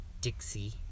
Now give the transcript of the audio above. Dixie